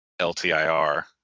LTIR